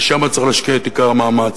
ושם צריך להשקיע את עיקר המאמץ.